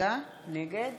נגד